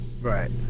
Right